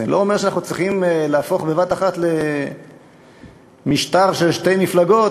זה לא אומר שאנחנו צריכים להפוך בבת אחת למשטר של שתי מפלגות,